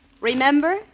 Remember